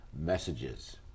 messages